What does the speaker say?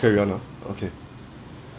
carry on ah okay